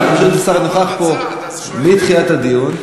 אבל השר נוכח פה מתחילת הדיון,